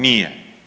Nije.